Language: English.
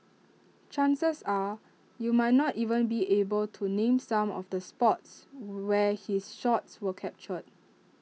chances are you might not even be able to name some of the spots where his shots were captured